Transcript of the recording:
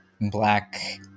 black